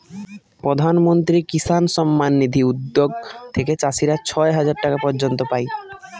প্রধান মন্ত্রী কিষান সম্মান নিধি উদ্যাগ থেকে চাষীরা ছয় হাজার টাকা পর্য়ন্ত পাই